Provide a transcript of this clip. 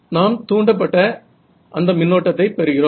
நாம் தூண்டப்பட்ட அந்த மின்னோட்டத்தை பெறுகிறோம்